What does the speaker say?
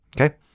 Okay